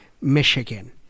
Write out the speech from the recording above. Michigan